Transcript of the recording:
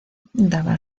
daba